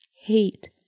hate